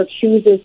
chooses